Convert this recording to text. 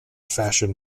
fashion